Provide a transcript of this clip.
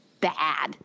bad